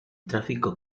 tráfico